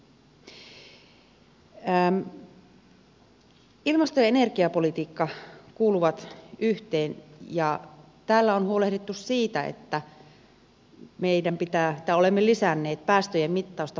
ilmasto ja energiapolitiikka kuuluvat yhteen ja täällä on huolehdittu siitä että olemme lisänneet päästöjen mittausta pakoputken päästä